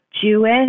Jewish